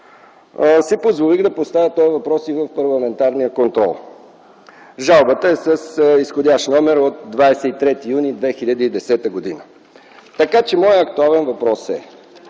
си позволих да поставя този въпрос и в парламентарния контрол. Жалбата е с изходящ номер от 23 юни 2010 г. Моят актуален въпрос (той